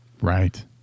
Right